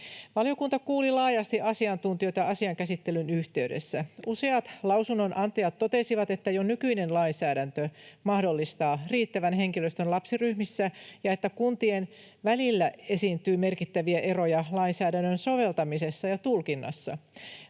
Valiokunta kuuli laajasti asiantuntijoita asian käsittelyn yhteydessä. Useat lausunnonantajat totesivat, että jo nykyinen lainsäädäntö mahdollistaa riittävän henkilöstön lapsiryhmissä ja että kuntien välillä esiintyy merkittäviä eroja lainsäädännön soveltamisessa ja tulkinnassa.